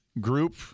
group